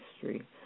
history